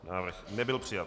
Návrh nebyl přijat.